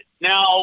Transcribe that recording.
Now